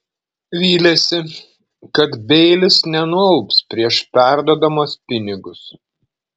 vylėsi kad beilis nenualps prieš perduodamas pinigus